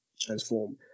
transform